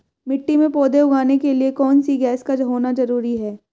मिट्टी में पौधे उगाने के लिए कौन सी गैस का होना जरूरी है?